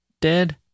Dead